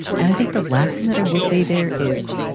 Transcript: and i think the last thing that i will say there is.